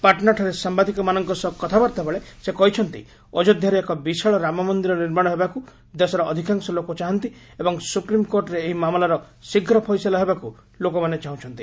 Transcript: ପାଟନାଠାରେ ସାମ୍ବାଦିକମାନଙ୍କ ସହ କଥାବାର୍ତ୍ତା ବେଳେ ସେ କହିଛନ୍ତି ଅଯୋଧ୍ୟାରେ ଏକ ବିଶାଳ ରାମମନ୍ଦିର ନିର୍ମାଣ ହେବାକୁ ଦେଶର ଅଧିକାଂଶ ଲୋକ ଚାହାନ୍ତି ଏବଂ ସୁପ୍ରିମ୍କୋର୍ଟରେ ଏହି ମାମଲାର ଶୀଘ୍ର ଫଇସଲା ହେବାକୁ ଲୋକମାନେ ଚାହୁଁଛନ୍ତି